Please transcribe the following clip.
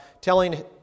telling